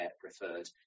preferred